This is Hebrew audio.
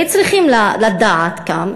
וצריכים לדעת גם,